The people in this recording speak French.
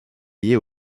liées